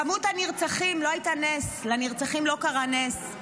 כמות הנרצחים לא הייתה נס, לנרצחים לא קרה נס,